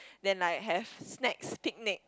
then like have snacks picnic